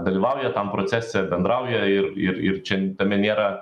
dalyvauja tam procese bendrauja ir ir ir čia tame nėra